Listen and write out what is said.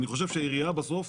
אני חושב שלעירייה בסוף,